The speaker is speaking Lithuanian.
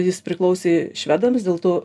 jis priklausė švedams dėl to